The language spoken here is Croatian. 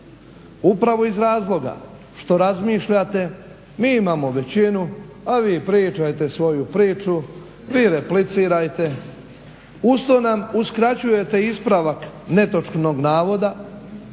Upravo iz razloga što razmišljate mi imamo većinu, a vi pričajte svoju priču, vi replicirajte. Usto nam uskraćujete ispravak netočnog navoda